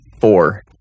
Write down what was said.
four